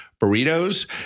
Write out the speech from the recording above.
burritos